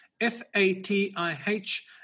F-A-T-I-H